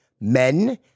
men